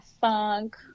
funk